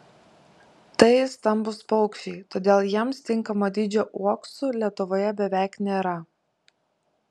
tai stambūs paukščiai todėl jiems tinkamo dydžio uoksų lietuvoje beveik nėra